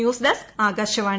news desk Akashvani